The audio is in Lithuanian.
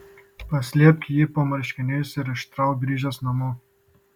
paslėpk jį po marškiniais ir ištrauk grįžęs namo